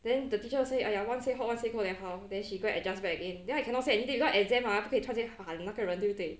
then the teacher say !aiya! one say hot one say cold then how then she go and adjust back again then I cannot say anything because exam ah 不可以突然间喊那个人对不对